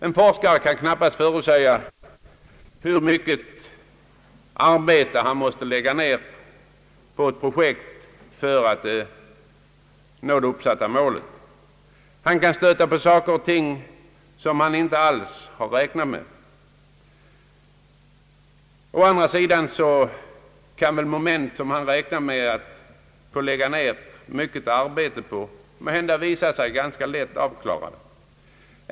En forskare kan knappast förutsäga hur mycket arbete han måste lägga ned på ett projekt för att nå det uppsatta målet. Han kan stöta på saker och ting som han inte alls har räknat med. Å andra sidan kan moment som han räknat med att få lägga ned mycket arbete på måhända visa sig vara ganska lätt avklarade.